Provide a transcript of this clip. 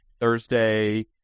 Thursday